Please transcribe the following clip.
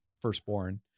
firstborn